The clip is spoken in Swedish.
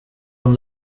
dem